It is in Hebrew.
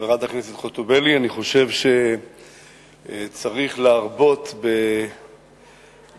חברת הכנסת חוטובלי, אני חושב שצריך להרבות בעידוד